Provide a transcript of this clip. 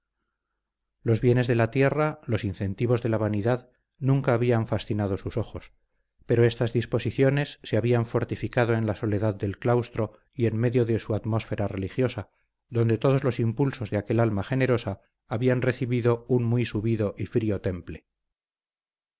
los bienes de la tierra los incentivos de la vanidad nunca habían fascinado sus ojos pero estas disposiciones se habían fortificado en la soledad del claustro y en medio de su atmósfera religiosa donde todos los impulsos de aquel alma generosa habían recibido un muy subido y frío temple